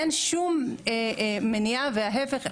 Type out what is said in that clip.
אין שום מניעה וההיפך,